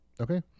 Okay